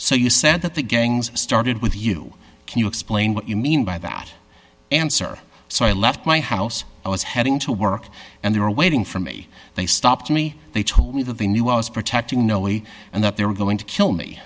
so you said that the gangs started with you can you explain what you mean by that answer so i left my house i was heading to work and they were waiting for me they stopped me they told me that they knew i was protecting no way and that they were going to kill me